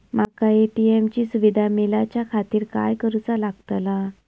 माका ए.टी.एम ची सुविधा मेलाच्याखातिर काय करूचा लागतला?